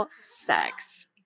sex